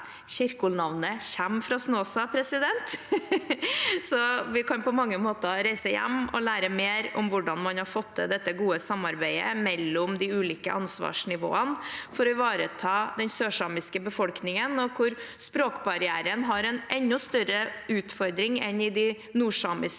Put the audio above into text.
Kjerkol-navnet kommer fra Snåsa, så vi kan på mange måter reise hjem og lære mer om hvordan man har fått til dette gode samarbeidet mellom de ulike ansvarsnivåene for å ivareta den sørsamiske befolkningen, hvor språkbarrieren er en enda større utfordring enn i de nordsamiske